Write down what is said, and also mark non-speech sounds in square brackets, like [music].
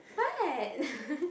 what [laughs]